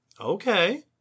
Okay